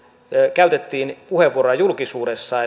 käytettiin puheenvuoroja julkisuudessa